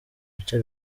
bice